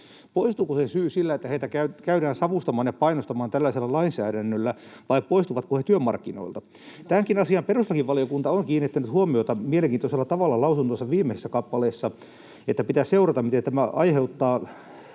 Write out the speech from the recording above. Poistuuko se syy sillä, että heitä käydään savustamaan ja painostamaan tällaisella lainsäädännöllä, vai poistuvatko he työmarkkinoilta? [Mika Niikko: Hyvä kysymys!] Tähänkin asiaan perustuslakivaliokunta on kiinnittänyt huomiota mielenkiintoisella tavalla lausuntonsa viimeisessä kappaleessa, että pitää seurata, mitä tämä aiheuttaa